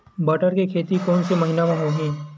बटर के खेती कोन से महिना म होही?